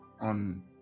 on